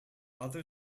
other